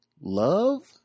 love